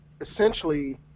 essentially